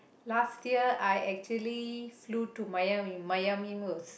last year I actually flew to Miami Miami